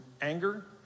anger